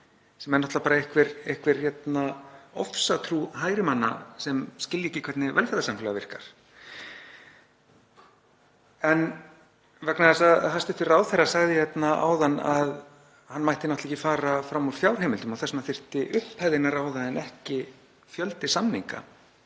sem er náttúrulega einhver ofsatrú hægri manna sem skilja ekki hvernig velferðarsamfélag virkar. En vegna þess að hæstv. ráðherra sagði hér áðan að hann mætti ekki fara fram úr fjárheimildum og þess vegna þyrfti upphæðin að ráða en ekki fjöldi samninga